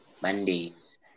Mondays